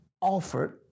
offered